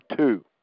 two